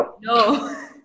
no